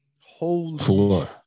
holy